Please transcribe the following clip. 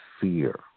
fear